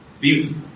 beautiful